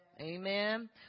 amen